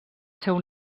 seu